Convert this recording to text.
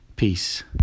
Peace